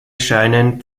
scheinen